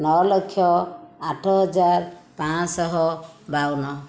ନଅ ଲକ୍ଷ ଆଠ ହଜାର ପାଞ୍ଚଶହ ବାଉନ